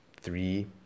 three